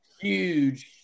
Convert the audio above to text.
huge